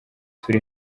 turi